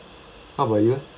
how about you eh